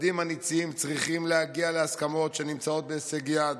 הצדדים הניצים צריכים להגיע להסכמות שנמצאות בהישג יד.